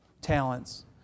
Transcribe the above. talents